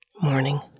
Morning